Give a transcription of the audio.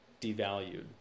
devalued